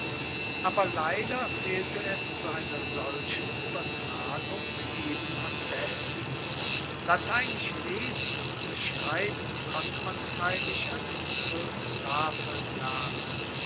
aber leider fehlte es zu einer solchen uebertragung eben am besten lateinisch lesen und schreiben konnte man freilich an den zwoelf tafeln lernen